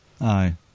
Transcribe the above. Aye